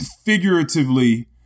figuratively